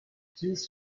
this